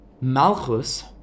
Malchus